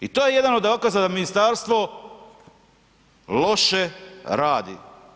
I to je jedan od dokaza da ministarstvo loše radi.